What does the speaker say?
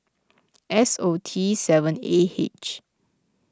S O T seven A H